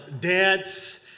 dance